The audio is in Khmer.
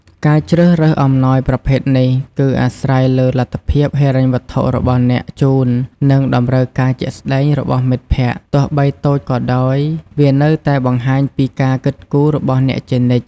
ការជ្រើសរើសអំណោយប្រភេទនេះគឺអាស្រ័យលើលទ្ធភាពហិរញ្ញវត្ថុរបស់អ្នកជូន និងតម្រូវការជាក់ស្តែងរបស់មិត្តភក្តិ ទោះបីតូចក៏ដោយ វានៅតែបង្ហាញពីការគិតគូររបស់អ្នកជានិច្ច។